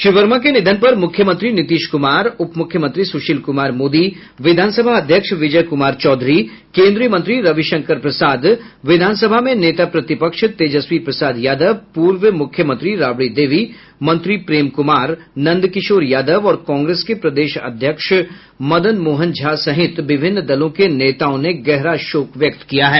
श्री वर्मा के निधन पर मुख्यमंत्री नीतीश कुमार उपमुख्यमंत्री सुशील कुमार मोदी विधानसभा अध्यक्ष विजय कुमार चौधरी केन्द्रीय मंत्री रविशंकर प्रसाद विधानसभा में नेता प्रतिपक्ष तेजस्वी प्रसाद यादव पूर्व मुख्यमंत्री राबड़ी देवी मंत्री प्रेम कुमार नंदकिशोर यादव और कांग्रेस के प्रदेश अध्यक्ष मदन मोहन झा सहित विभिन्न दलों के नेताओं ने गहरा शोक व्यक्त किया है